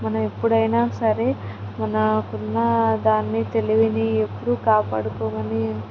మనం ఎప్పుడైనా సరే మనకున్న దాన్ని తెలివిని ఎప్పుడూ కాపాడుకోమని